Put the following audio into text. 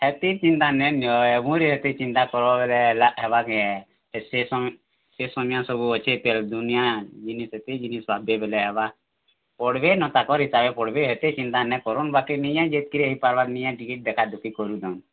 ହେଥିର୍ ଚିନ୍ତା ନାଇନିଅ ଏଭୁନୁ ହେତେ ଚିନ୍ତା କର୍ବ ବେଲେ ହେବା କାଏଁ ସେ ସମିଆଁ ସେ ସମିଆଁ ସବୁ ଅଛେ ତାଏଲ୍ ଦୁନିଆ ଜିନିଷ୍ ଅଛେ ହେତେ ଜିନିଷ୍ ଭାବ୍ବେ ବେଲେ ହେବା ପଢ଼୍ବେନ ତାଙ୍କର୍ ହିସାବେ ପଢ଼ବେ ହେତେ ଚିନ୍ତା ନାଇଁ କରୁନ୍ ବାକି ନିଜେ ଯେତ୍କିରେ ହେଇପାର୍ବା ନିଜେ ଟିକେ ଦେଖାଦୁଖି କରୁଥାଉନ୍